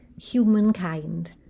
Humankind